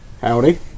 Howdy